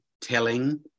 telling